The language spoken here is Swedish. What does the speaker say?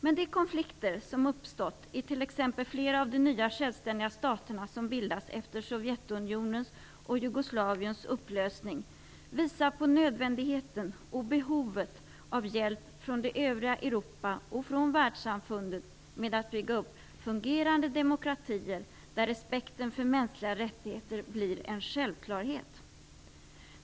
Men de konflikter som uppstått i t.ex. flera av de nya självständiga stater som bildats efter Sovjetunionens och Jugoslaviens upplösning visar på nödvändigheten och behovet av hjälp från det övriga Europa och från världssamfundet med att bygga upp fungerande demokratier, där respekten för mänskliga rättigheter blir en självklarhet.